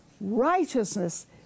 righteousness